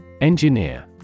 Engineer